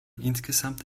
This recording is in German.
insgesamt